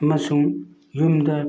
ꯑꯃꯁꯨꯡ ꯌꯨꯝꯗ